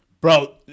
Bro